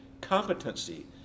competency